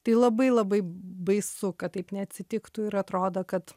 tai labai labai baisu kad taip neatsitiktų ir atrodo kad